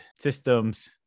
Systems